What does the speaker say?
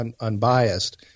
unbiased